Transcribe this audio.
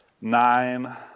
Nine